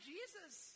Jesus